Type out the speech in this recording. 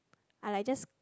I like just